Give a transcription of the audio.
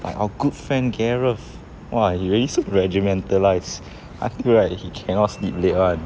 my our good friend gareth !wah! he really regimentalised until right he cannot sleep late [one]